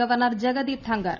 governor Jagdeep Dhankar